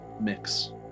mix